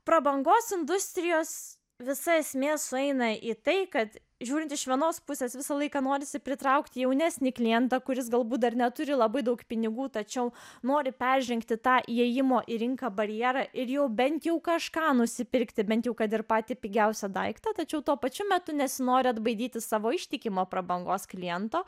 prabangos industrijos visa esmė sueina į tai kad žiūrint iš vienos pusės visą laiką norisi pritraukti jaunesnį klientą kuris galbūt dar neturi labai daug pinigų tačiau nori peržengti tą įėjimo į rinką barjerą ir jau bent jau kažką nusipirkti bent jų kad ir patį pigiausią daiktą tačiau tuo pačiu metu nesinori atbaidyti savo ištikimo prabangos kliento